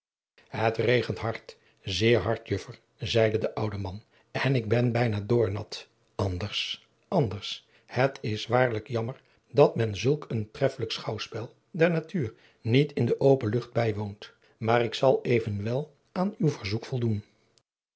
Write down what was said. het regent hard zeer hard juffer zeide de oude man en ik ben bijna doornat anders anders adriaan loosjes pzn het leven van hillegonda buisman het is waarlijk jammer dat men zulk een treffelijk schouwspel der natuur niet in de open lucht bijwoont maar ik zal evenwel aan uw verzoek voldoen